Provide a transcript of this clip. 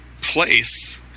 place